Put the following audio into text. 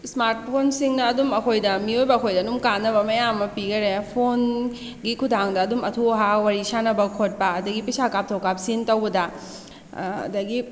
smart ꯐꯣꯟꯁꯤꯡꯅ ꯑꯗꯨꯝ ꯑꯩꯈꯣꯏꯗ ꯃꯤꯑꯣꯏꯕ ꯑꯩꯈꯣꯏꯗ ꯑꯗꯨꯝ ꯀꯥꯟꯅꯕ ꯃꯌꯥꯝ ꯑꯃ ꯄꯤꯈꯔꯦ ꯐꯣꯟꯒꯤ ꯈꯨꯊꯥꯡꯗ ꯑꯗꯨꯝ ꯑꯊꯨ ꯑꯍꯥ ꯋꯥꯔꯤ ꯁꯥꯟꯅꯕ ꯈꯣꯠꯄ ꯑꯗꯒꯤ ꯄꯩꯁꯥ ꯀꯥꯞꯊꯣꯛ ꯀꯥꯞꯁꯤꯟ ꯇꯧꯕꯗ ꯑꯗꯒꯤ